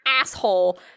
asshole